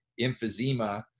emphysema